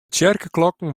tsjerkeklokken